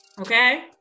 okay